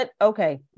Okay